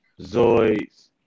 Zoids